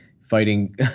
fighting